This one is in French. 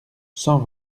cent